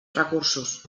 recursos